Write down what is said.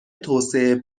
توسعه